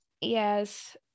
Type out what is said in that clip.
Yes